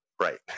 right